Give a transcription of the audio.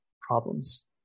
problems